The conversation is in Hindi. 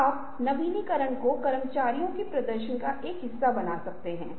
अब आपके पास यहाँ क्या है आप सादृश्य बनाने की कोशिश कर रहे हैं